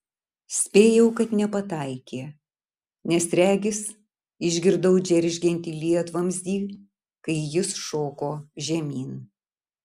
spėjau kad nepataikė nes regis išgirdau džeržgiantį lietvamzdį kai jis šoko žemyn